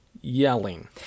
yelling